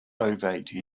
ovate